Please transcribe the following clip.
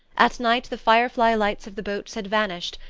at night the fire-fly lights of the boats had vanished,